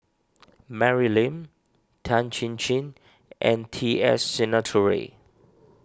Mary Lim Tan Chin Chin and T S Sinnathuray